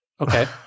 Okay